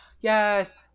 yes